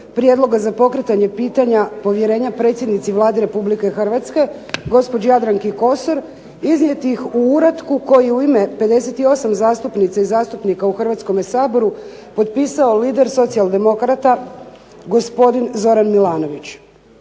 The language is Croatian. prijedloge za pokretanje pitanja povjerenja predsjednici Vlade Republike Hrvatske gospođi Jadranki Kosor, iznijeti ih u uratku koji u ime 58 zastupnica i zastupnika u Hrvatskome saboru potpisao lider Socijaldemokrata gospodin Zoran Milanović.